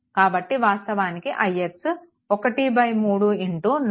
కాబట్టి వాస్తవానికి ix 134 0